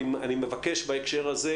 אני מבקש בהקשר הזה,